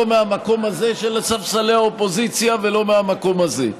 לא מהמקום הזה של ספסלי האופוזיציה ולא מהמקום הזה.